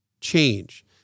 Change